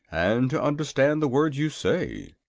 and to understand the words you say.